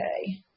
okay